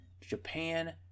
Japan